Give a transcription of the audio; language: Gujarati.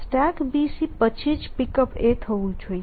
StackBC પછી જ Pickup થવું જોઈએ